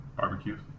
Barbecues